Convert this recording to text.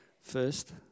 first